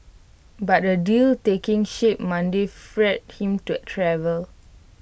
but A deal taking shape Monday freed him to IT travel